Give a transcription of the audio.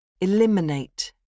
Eliminate